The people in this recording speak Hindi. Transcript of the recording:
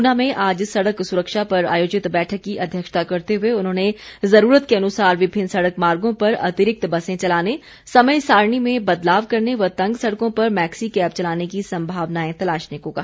ऊना में आज सड़क सुरक्षा पर आयोजित बैठक की अध्यक्षता करते हुए उन्होंने ज़रूरत के अनुसार विभिन्न सड़क मार्गों पर अतिरिक्त बसे चलाने समय सारिणी में बदलाव करने व तंग सड़कों पर मैक्सी कैब चलाने की संभावनाएं तलाशने को कहा